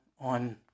on